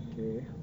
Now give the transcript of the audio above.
K